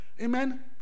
Amen